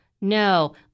no